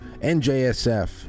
NJSF